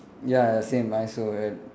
ya the same I also I